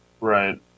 Right